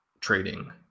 trading